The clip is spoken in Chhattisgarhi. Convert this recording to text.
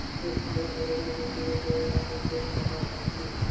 खेत खार ल बरोबर जोंते ले जउन बन रहिथे ओहा मर जाथे